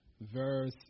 verse